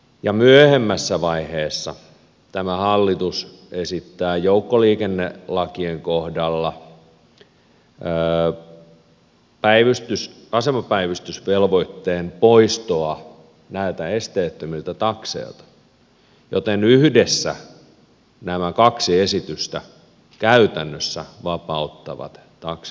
ja myöhemmässä vaiheessa tämä hallitus esittää joukkoliikennelakien kohdalla asemapäivystysvelvoitteen poistoa näiltä esteettömiltä takseilta joten yhdessä nämä kaksi esitystä käytännössä vapauttavat taksiliikenteen